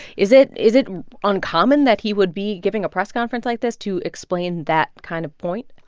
is it is it uncommon that he would be giving a press conference like this to explain that kind of point?